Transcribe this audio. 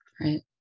Right